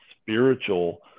spiritual